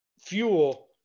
fuel